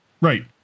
Right